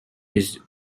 his